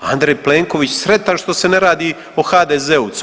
Andrej Plenković sretan što se ne radi o HDZ-ovcu.